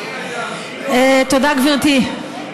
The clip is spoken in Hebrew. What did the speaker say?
תודה, גברתי.